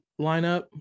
lineup